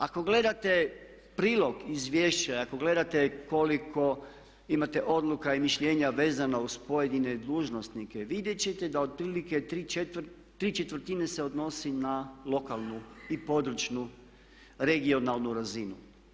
Ako gledate prilog izvješća, ako gledate koliko imate odluka i mišljenja vezano uz pojedine dužnosnike vidjet ćete da otprilike tri četvrtine se odnosi na lokalnu i područnu (regionalnu) razinu.